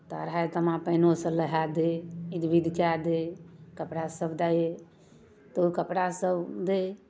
तऽ अढ़ाइ तामा पानिओसँ नहाय दै इधविध कए दै कपड़ासभ दै तऽ ओ कपड़ासभ दै